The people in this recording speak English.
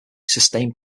sustained